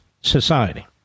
society